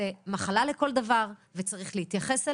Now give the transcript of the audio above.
זו מחלה לכל דבר, צריך להתייחס אליה,